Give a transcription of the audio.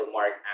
Mark